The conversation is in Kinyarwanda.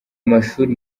mashuri